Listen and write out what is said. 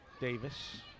Davis